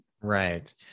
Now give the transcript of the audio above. Right